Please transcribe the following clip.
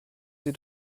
sie